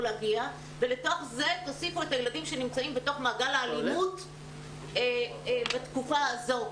לתוך זה תוסיפו את הילדים שנמצאים בתוך מעגל האלימות בתקופה הזאת.